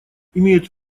имеют